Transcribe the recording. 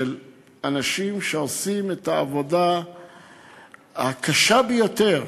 של אנשים שעושים את העבודה הקשה ביותר,